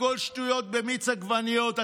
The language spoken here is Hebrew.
הכול שטויות במיץ עגבניות,